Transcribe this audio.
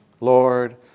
Lord